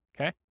Okay